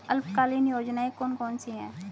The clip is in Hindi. अल्पकालीन योजनाएं कौन कौन सी हैं?